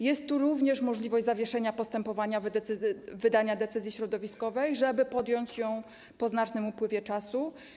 Jest tu również możliwość zawieszenia postępowania odnośnie do wydania decyzji środowiskowej, żeby podjąć ją po znacznym upływie czasu.